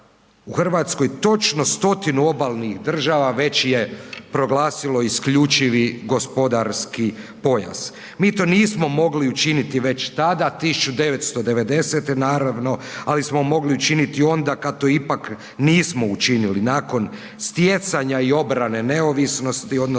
u Hrvatskoj, točno stotinu obalnih država već je proglasilo isključivi gospodarski pojas. Mi to nismo mogli učiniti već tada 1990. naravno ali smo mogli učiniti onda kad to ipak nismo učinili, nakon stjecanja i obrane neovisnosti odnosno